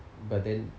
but then